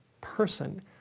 person